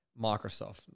Microsoft